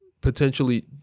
potentially